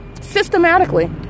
systematically